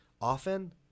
often